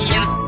Yes